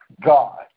God